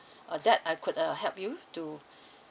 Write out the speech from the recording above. uh that I could uh help you to